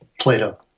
Plato